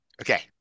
Okay